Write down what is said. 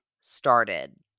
started